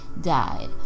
died